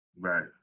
right